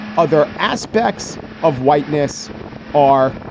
other aspects of whiteness are,